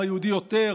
מה יהודי יותר,